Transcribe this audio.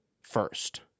first